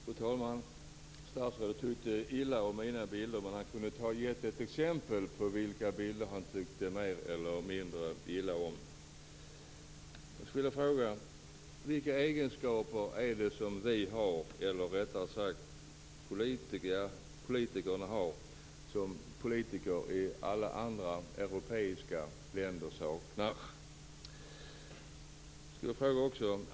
Fru talman! Statsrådet tyckte illa om mina bilder. Han kunde ha gett exempel på vilka bilder han tyckte mer eller mindre illa om. Jag skulle vilja fråga: Vilka egenskaper är det som svenska politiker har som politiker i alla andra europeiska länder saknar?